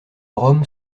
rome